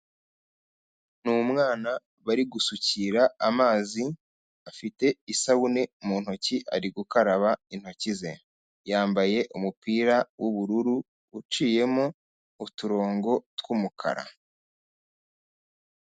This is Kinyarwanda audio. Ni umwana bari gusukira amazi, afite isabune mu ntoki ari gukaraba intoki ze. Yambaye umupira w'ubururu uciyemo uturongo tw'umukara.